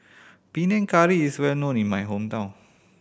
Panang Curry is well known in my hometown